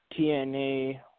TNA